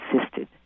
insisted